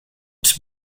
its